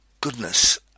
goodness